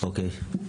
אוקיי, תודה.